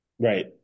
Right